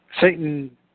Satan